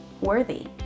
Worthy